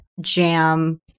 jam